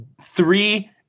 three